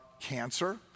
cancer